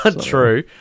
True